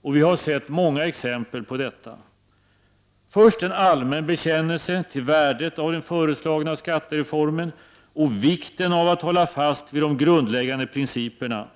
Och vi har sett många exempel på detta; först en allmän bekännelse till värdet av den föreslagna skattereformen och vikten av att hålla fast vid de grundläggande principerna,